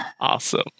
Awesome